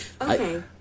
Okay